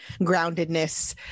groundedness